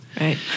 Right